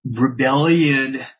rebellion